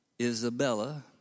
Isabella